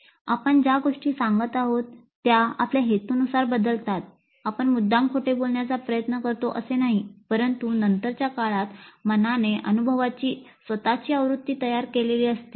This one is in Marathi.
आपण ज्या गोष्टी सांगत आहोत त्या आपल्या हेतूनुसार बदलतात आपण मुद्दाम खोटे बोलण्याचा प्रयत्न करतो असे नाही परंतु नंतरच्या काळात मनाने अनुभवाची स्वतःची आवृत्ती तयार केलेली असते